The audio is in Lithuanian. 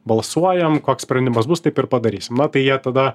balsuojam koks sprendimas bus taip ir padarysim na tai jie tada